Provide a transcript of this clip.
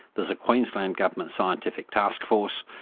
there's a queensland government scientific task force,